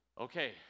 okay